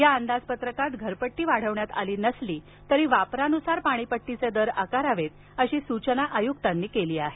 या अंदाजपत्रकात घरपट्टी वाढविण्यात आली नसली तरी वापरानुसार पाणी पट्टीचे दर असावेत अशी सूचना आयुक्तांनी केली आहे